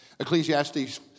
Ecclesiastes